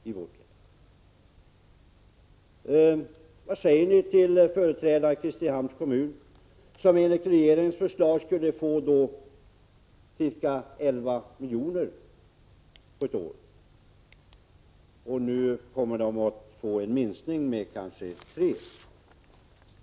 Vad säger ni till företrädarna för Kristinehamns kommun som enligt regeringens förslag skulle få ca 11 miljoner på ett år, men som nu kommer att drabbas av en minskning med kanske 3 miljoner?